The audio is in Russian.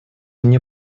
мне